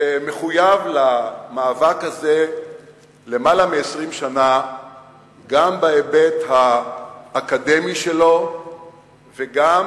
שמחויב למאבק הזה למעלה מ-20 שנה גם בהיבט האקדמי שלו וגם